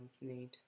need